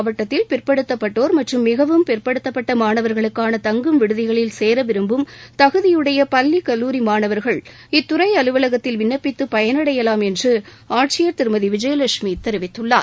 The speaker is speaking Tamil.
மாவட்டத்தில் பிற்படுத்தப்பட்டோர் மிகவும் அரியலார் பிற்படுக்கப்பட்ட மாணவர்களுக்கான தங்கும் விடுதிகளில் சேர விரும்பும் தகுதியுடைய பள்ளி கல்லூரி மாணவர்கள் இத்துறை அலுவலகத்தில் விண்ணப்பித்து பயனடையலாம் என்று ஆட்சியர் திருமதி விஜயலட்சுமி தெரிவித்துள்ளார்